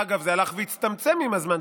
אגב, זה הלך והצטמצם עם הזמן.